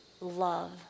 love